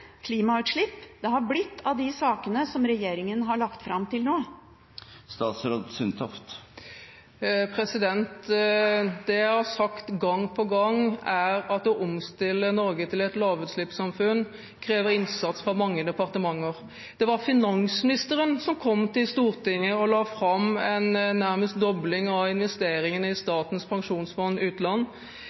klimautslipp det har blitt av de sakene som regjeringen har lagt fram til nå? Det jeg har sagt gang på gang, er at å omstille Norge til et lavutslippssamfunn krever innsats fra mange departementer. Det var finansministeren som kom til Stortinget og la fram nærmest en dobling av miljømandatet i Statens pensjonsfond utland.